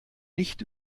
nicht